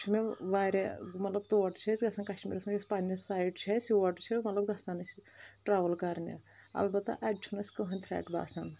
چھُ مےٚ واریاہ مطلب تور چھِ أسۍ گژھان کشمیٖرس منٛز یُس پننہِ سایڈٕ چھُ اسہِ یور چھِ مطلب گژھان أسۍ ٹرول کرنہِ البتہ اتہِ چھُنہٕ اسیِ کٔہنۍ تھٕرٹ باسان